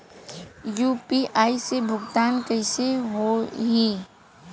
UPI से भुगतान कइसे होहीं?